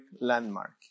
landmark